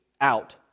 out